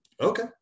Okay